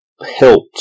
hilt